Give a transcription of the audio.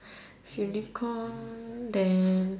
unicorn and